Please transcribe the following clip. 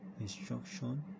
instruction